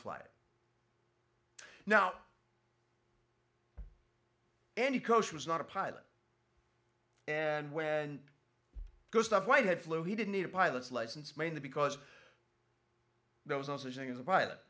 fly now any coach was not a pilot and where and because the white had flu he didn't need a pilot's license mainly because there was no such thing as a pilot